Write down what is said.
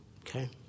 okay